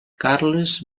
carles